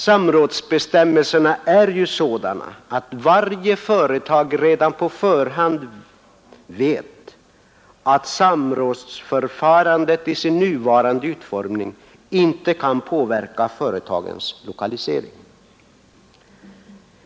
Samrådsbestämmelserna är ju sådana att varje företag redan på förhand vet att samrådsförfarandet i sin nuvarande utformning inte kan påverka företagens lokalisering.